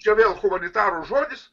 čia vėl humanitarų žodis